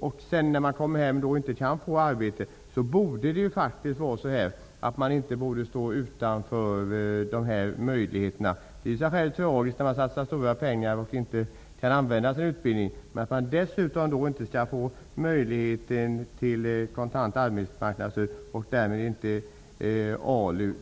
och sedan när han kommer hem inte får arbete, borde han inte behöva stå utanför dessa möjligheter. Det är tragiskt när en person som har satsat stora pengar inte kan använda sin utbildning, och sedan kan han inte få möjlighet till kontant arbetsmarknadsstöd och därmed inte ALU.